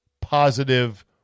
positive